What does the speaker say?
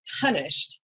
punished